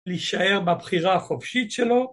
להישאר בבחירה החופשית שלו